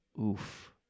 Oof